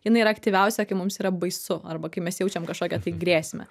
inai yra aktyviausia kai mums yra baisu arba kai mes jaučiam kažkokią tai grėsmę